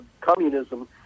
communism